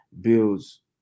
builds